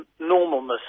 normalness